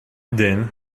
then